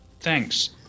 Thanks